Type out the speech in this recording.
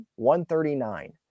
139